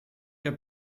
der